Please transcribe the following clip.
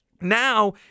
now